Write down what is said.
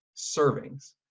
servings